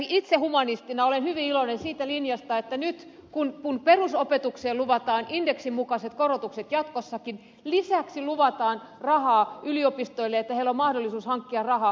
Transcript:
itse humanistina olen hyvin iloinen siitä linjasta että nyt kun perusopetukseen luvataan indeksin mukaiset korotukset jatkossakin lisäksi luvataan yliopistoille että heillä on mahdollisuus hankkia rahaa